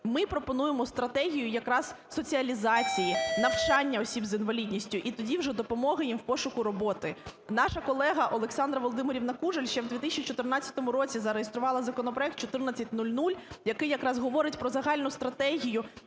Ми пропонуємо стратегію якраз соціалізації, навчання осіб з інвалідністю і тоді вже допомоги їм в пошуку роботи. Наша колега Олександра Володимирівна Кужель ще в 2014 році зареєструвала законопроект 1400, який якраз говорить про загальну стратегію,